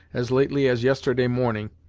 as lately as yesterday morning,